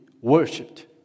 worshipped